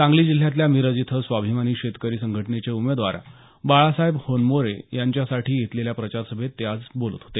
सांगली जिल्ह्यातल्या मिरज इथं स्वाभिमानी शेतकरी संघटनेचे उमेदवार बाळासाहेब होनमोरे यांच्यासाठी घेतलेल्या प्रचारसभेत ते आज बोलत होते